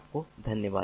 आपको धन्यवाद